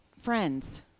friends